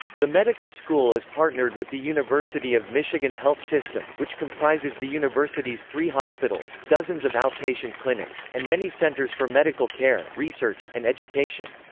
the medical school is partnered with the university of michigan health system, which comprises the university's three hospitals, dozens of outpatient clinics, and many centers for medical care, research, and education.